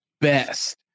best